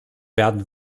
werden